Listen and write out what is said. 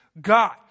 God